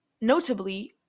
Notably